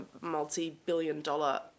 multi-billion-dollar